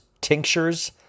tinctures